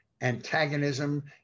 antagonism